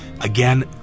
Again